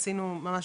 עשינו ממש